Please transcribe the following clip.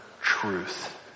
truth